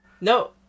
No